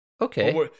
Okay